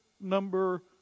number